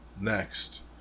Next